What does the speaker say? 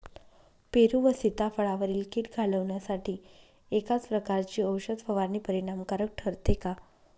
पेरू व सीताफळावरील कीड घालवण्यासाठी एकाच प्रकारची औषध फवारणी परिणामकारक ठरते का?